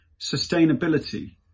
Sustainability